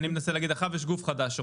אני מנסה להגיד שעכשיו נגיד יש גוף חדש,